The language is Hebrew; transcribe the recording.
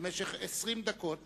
במשך 20 דקות